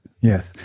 yes